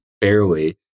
barely